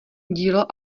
dílo